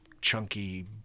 chunky